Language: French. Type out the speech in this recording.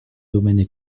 domaines